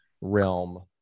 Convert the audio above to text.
realm